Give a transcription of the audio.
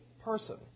person